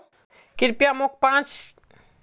कृप्या मोक मोर खातात पिछला पाँच लेन देन दखा